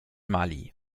mali